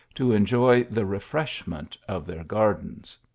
to enjoy the refreshment of their gardens.